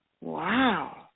Wow